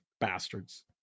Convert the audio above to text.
bastards